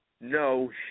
No